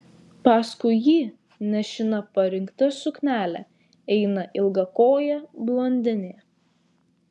paskui jį nešina parinkta suknele eina ilgakojė blondinė